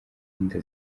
inda